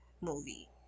movie